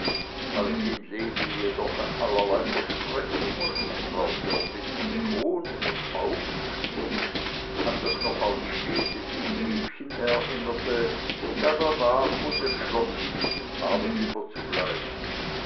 als ihn lene jedoch an allerlei versprechungen und frau dörr mit betonung und augenspiel an das noch ausstehende vielliebchen erinnerte gab er nach und entschloß sich den abend über zu bleiben